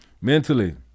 Mentally